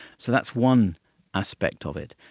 so that's one aspect of it.